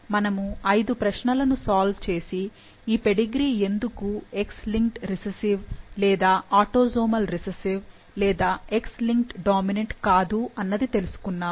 మనము ఐదు ప్రశ్నలను సాల్వ్ చేసి ఈ పెడిగ్రీ ఎందుకు X లింక్డ్ రిసెసివ్ లేదా ఆటోసోమల్ రిసెసివ్ లేదా X లింక్డ్ డామినెంట్ కాదు అన్నది తెలుసుకున్నాము